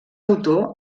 autor